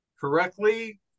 correctly